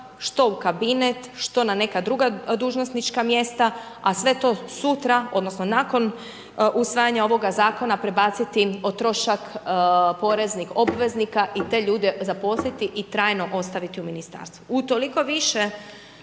što u kabinet, što na neka druga dužnosnička mjesta, a sve to sutra, odnosno, nakon usvajanja ovoga zakona, prebaciti o trošak poreznih obveznika i te ljude zaposliti i trajno ostaviti u ministarstvu. Utoliko više